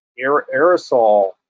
aerosol